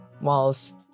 walls